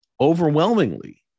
overwhelmingly